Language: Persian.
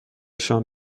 شام